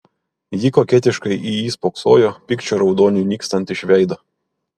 ji koketiškai į jį spoksojo pykčio raudoniui nykstant iš veido